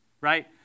Right